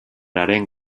haren